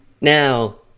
Now